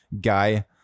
guy